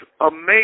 amazing